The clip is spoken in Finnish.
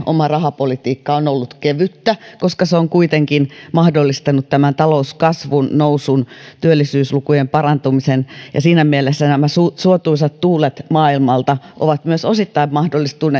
oma rahapolitiikka on ollut kevyttä koska se on kuitenkin mahdollistanut talouskasvun nousun työllisyyslukujen parantumisen ja siinä mielessä nämä suotuisat tuulet maailmalta ovat myös osittain mahdollistaneet